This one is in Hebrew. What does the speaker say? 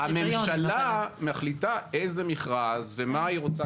הממשלה מחליטה איזה מכרז ומה היא רוצה